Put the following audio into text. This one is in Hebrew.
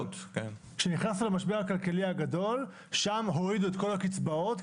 כשנכנסנו למשבר הכלכלי הגדול הורידו את כל הקצבאות,